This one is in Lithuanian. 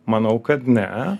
manau kad ne